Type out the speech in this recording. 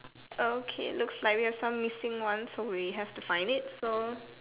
okay looks like we have some missing ones we have to find it so